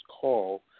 call